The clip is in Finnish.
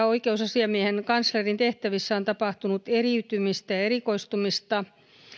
oikeusasiamiehen ja kanslerin tehtävissä on tapahtunut eriytymistä ja erikoistumista